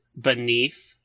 beneath